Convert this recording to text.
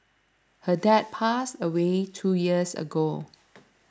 her dad passed away two years ago